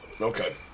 Okay